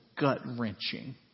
gut-wrenching